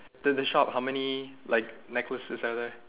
there's a shop how many like necklaces are there